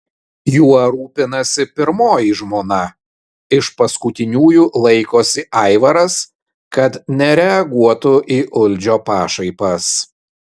juo rūpinasi pirmoji žmona iš paskutiniųjų laikosi aivaras kad nereaguotų į uldžio pašaipas